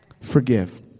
Forgive